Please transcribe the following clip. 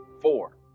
four